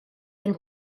been